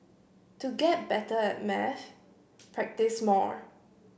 to get better at maths practise more